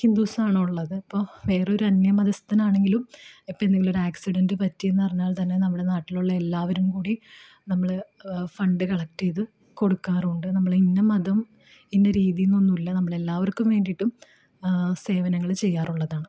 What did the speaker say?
ഹിന്ദൂസ്സാണുള്ളത് ഇപ്പോൾ വേറൊരു അന്യമതസ്ഥനാണെങ്കിലും ഇപ്പം എന്തെങ്കിലും ആക്സിഡൻ്റ് പറ്റിയെന്നു അറിഞ്ഞാൽ തന്നെ നമ്മുടെ നാട്ടിലുള്ള എല്ലാവരും കൂടി നമ്മൾ ഫണ്ട് കളക്ട് ചെയ്തു കൊടുക്കാറുണ്ട് നമ്മൾ ഇന്ന മതം ഇന്ന രീതിയെന്നൊന്നുമില്ലാ നമ്മളെല്ലാവർക്കും വേണ്ടിയിട്ടും സേവനങ്ങൾ ചെയ്യാറുള്ളതാണ്